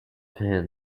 him